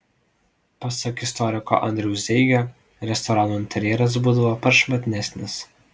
pasak istoriko andriaus zeigio restoranų interjeras būdavo prašmatnesnis